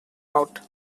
out